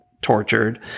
tortured